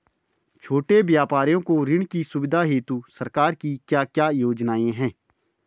छोटे व्यापारियों को ऋण की सुविधा हेतु सरकार की क्या क्या योजनाएँ हैं?